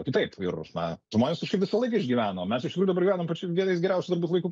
kitaip ir na žmonės kažkaip visą laiką išgyveno mes iš tikrųjų dabar gyvenam pačiu vienais geriausių turbūt laikų